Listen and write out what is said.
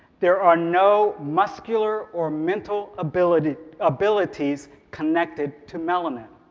there are no muscular or mental abilities abilities connected to melanin.